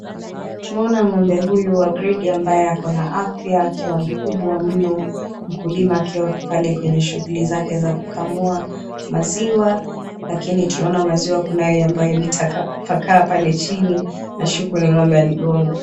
Tunaona ng'ombe huyu wa gredi ambaye ako na afya akiwa mkubwa mno, mkulima akiwa pale na shughuli zake za kukamua maziwa lakini tunaona maziwa ambayo imetapakaa pale chini nashuku ni ng'ombe aligonga.